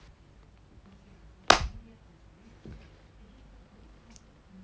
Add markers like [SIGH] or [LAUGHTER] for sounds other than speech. [NOISE]